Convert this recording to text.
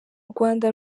rwanda